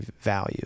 value